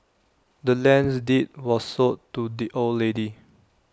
the land's deed was sold to the old lady